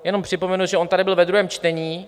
Jenom připomenu, že tady byl ve druhém čtení.